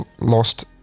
lost